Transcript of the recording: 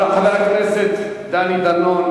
הצעה חבר הכנסת דני דנון,